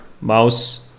Mouse